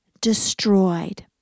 destroyed